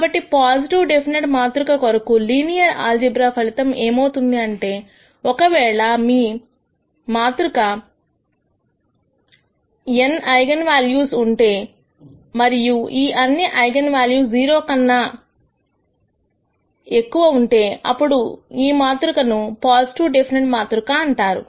కాబట్టి positive definite మాతృక కొరకు లీనియర్ ఆల్జీబ్రా ఫలితం ఏమవుతుంది అంటే ఒకవేళ మాతృక కు n ఐగన్ వాల్యూస్ ఉంటే మరియు ఈ అన్ని ఐగన్ వాల్యూస్ 0 కన్నా ఎక్కువ ఉంటే అప్పుడు ఈమాతృకను పాజిటివ్ డెఫినెట్ మాతృక అంటారు